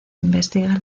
investiga